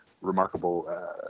remarkable